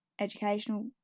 educational